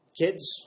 kids